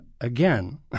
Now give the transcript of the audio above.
again